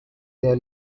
their